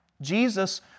Jesus